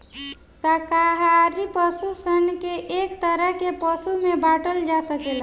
शाकाहारी पशु सन के एक तरह के पशु में बाँटल जा सकेला